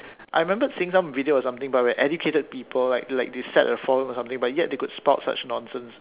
I remembered seeing some video or something about when educated people like like they sat a forum or something but yet they could spout such nonsense